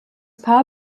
paar